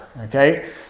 okay